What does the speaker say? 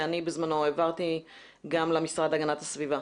שאני בזמנו העברתי גם למשרד להגנת הסביבה.